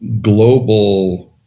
global